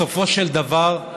בסופו של דבר,